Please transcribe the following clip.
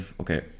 Okay